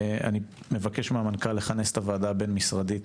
אני מבקש מהמנכ"ל לכנס את הוועדה הבין-משרדית